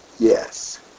Yes